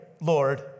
Lord